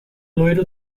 loiro